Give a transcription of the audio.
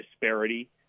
disparity